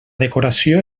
decoració